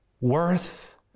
Worth